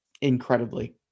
Incredibly